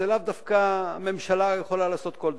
לאו דווקא הממשלה יכולה לעשות כל דבר,